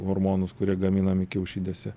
hormonus kurie gaminami kiaušidėse